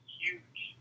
huge